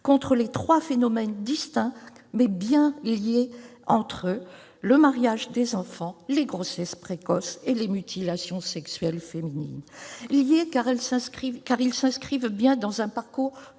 contre les trois phénomènes distincts, mais bel et bien liés entre eux : les mariages des enfants, les grossesses précoces et les mutilations sexuelles féminines. Ils sont liés, car ils s'inscrivent dans un parcours